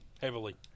heavily